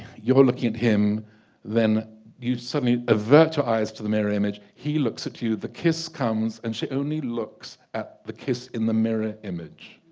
you're looking at him then you suddenly avert your eyes to the mirror image he looks at you the kiss comes and she only looks at the kiss in the mirror image